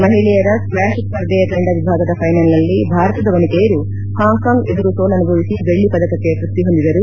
ಮಹಿಳೆಯರ ಸ್ವ್ವಾಷ್ ಸ್ಪರ್ಧೆಯ ತಂಡ ವಿಭಾಗದ ಫೈನಲ್ನಲ್ಲಿ ಭಾರತದ ವನಿತೆಯರು ಹಾಂಕಾಂಗ್ ಎದುರು ಸೋಲನುಭವಿಸಿ ಬೆಳ್ಳಿ ಪದಕಕ್ಕೆ ತೈಪ್ತಿ ಹೊಂದಿದರು